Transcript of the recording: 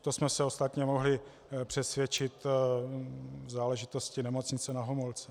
To jsme se ostatně mohli přesvědčit v záležitosti Nemocnice Na Homolce.